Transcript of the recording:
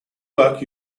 work